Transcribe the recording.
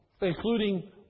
including